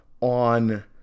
on